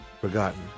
forgotten